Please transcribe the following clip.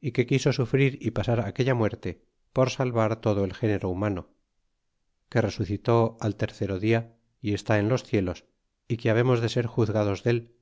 y que quiso sufrir y pasar aquella muerte por salvar todo el género humano y que resucitó al tercero dia y est en los cielos y que habemos de ser juzgados del